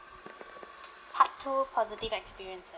part two positive experience